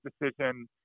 decision